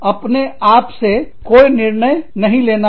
अपने आप से कोई निर्णय नहीं लेना है